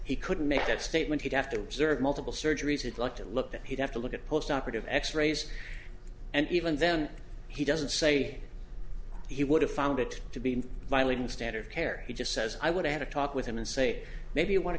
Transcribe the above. he could make that statement he'd have to observe multiple surgeries it looked at looked at he'd have to look at post operative x rays and even then he doesn't say he would have found it to be violating the standard of care he just says i would have to talk with him and say maybe you want to